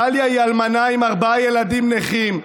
דליה היא אלמנה עם ארבעה ילדים נכים.